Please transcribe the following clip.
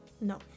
no